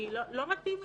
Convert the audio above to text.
לא מתאים לכם,